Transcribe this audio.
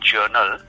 Journal